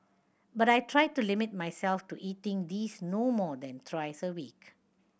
but I try to limit myself to eating these no more than thrice a week